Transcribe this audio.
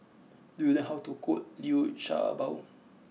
do you know how to cook Liu Sha Bao